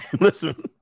Listen